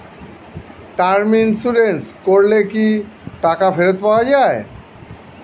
Term insurance করলে কি টাকা ফেরত পাওয়া যায়?